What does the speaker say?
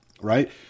right